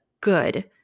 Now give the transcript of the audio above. good